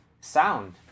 sound